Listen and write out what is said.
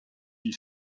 une